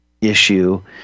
issue